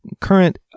current